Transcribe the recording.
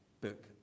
book